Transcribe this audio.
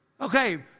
Okay